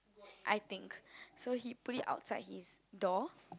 I think so he put it outside his door